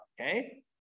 okay